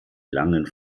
langen